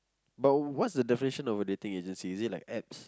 but what's the definition of a dating agency is it like apps